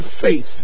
faith